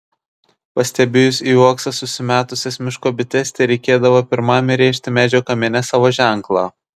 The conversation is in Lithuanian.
pastebėjus į uoksą susimetusias miško bites tereikėdavo pirmam įrėžti medžio kamiene savo ženklą